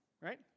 Right